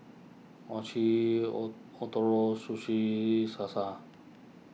Mochi O Ootoro Sushi Salsa